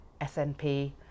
SNP